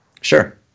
Sure